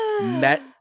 met